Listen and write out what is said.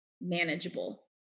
manageable